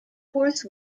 fourth